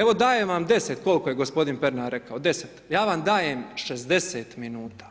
Evo dajem vam 10, koliko je gospodin Pernar rekao, 10, ja vam daje 60 minuta